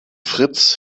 fritz